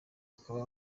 bakaba